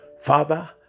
Father